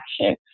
action